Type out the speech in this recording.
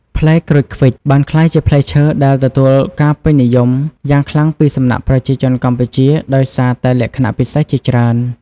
ផ្លែក្រូចឃ្វិចបានក្លាយជាផ្លែឈើដែលទទួលការពេញនិយមយ៉ាងខ្លាំងពីសំណាក់ប្រជាជនកម្ពុជាដោយសារតែលក្ខណៈពិសេសជាច្រើន។